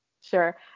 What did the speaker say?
Sure